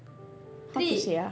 how to say ah